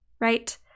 right